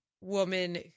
woman